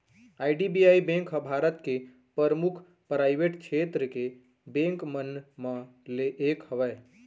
IDBI bank ह भारत के परमुख पराइवेट छेत्र के बेंक मन म ले एक हवय